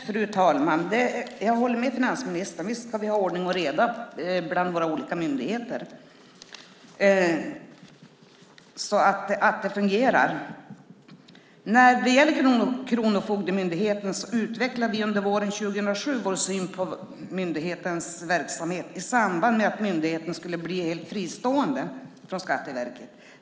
Fru talman! Jag håller med finansministern om att vi ska ha ordning och reda bland våra olika myndigheter så att det fungerar. När det gäller Kronofogdemyndigheten utvecklade vi under våren 2007 vår syn på myndighetens verksamhet i samband med att myndigheten skulle bli fristående från Skatteverket.